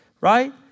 right